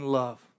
love